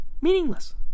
Meaningless